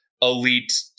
elite